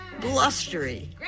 blustery